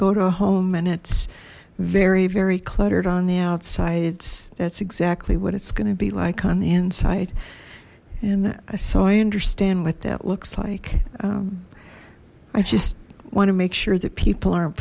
go to a home and it's very very cluttered on the outside it's that's exactly what it's going to be like on the inside and so i understand what that looks like i just want to make sure that people aren't